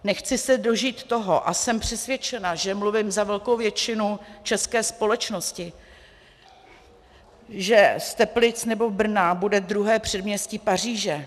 Nechci se dožít toho a jsem přesvědčena, že mluvím za velkou většinu české společnosti že z Teplic nebo Brna bude druhé předměstí Paříže.